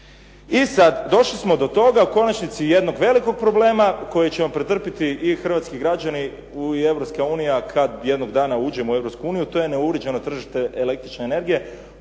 I sada, došli smo do toga u konačnici jednog velikog problema koji ćemo pretrpjeti i hrvatski građani i Europska unija kada jednog dana uđemo u Europsku uniju, a to je … tržište električne energije,